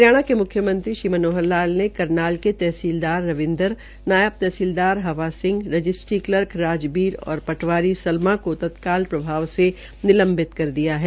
हरियाणा के मुख्यमंत्री मनोहर लाल ने करनाल के तहसीलदार रविन्द्र नायब तहसीलदार हवा सिंह रजिस्ट्री कलर्क राजबीर और पटवारी सलभा को तत्काल प्रभाव से निलंवित कर दिया है